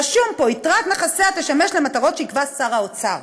רשום פה: יתרת נכסיה תשמש למטרות שיקבע שר האוצר.